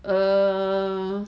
err